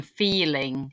feeling